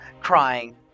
crying